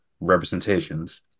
representations